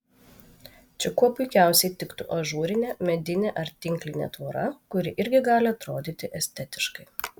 čia kuo puikiausiai tiktų ažūrinė medinė ar tinklinė tvora kuri irgi gali atrodyti estetiškai